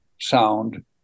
sound